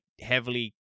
heavily